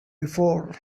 before